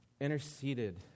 interceded